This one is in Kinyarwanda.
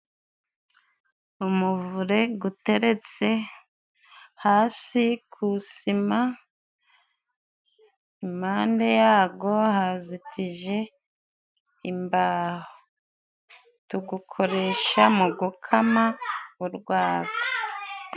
Umuvure guteretse hasi ku isima, impande yago hazitije imbaho, tugukoresha mu gukama urwagwa.